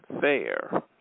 fair